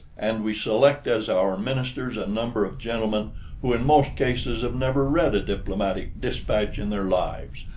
and we select as our ministers a number of gentlemen who in most cases have never read a diplomatic dispatch in their lives,